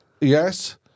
Yes